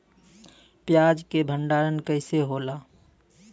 प्याज के भंडारन कइसे होला?